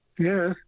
Yes